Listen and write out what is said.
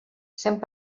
cent